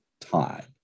time